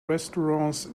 restaurants